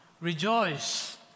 rejoice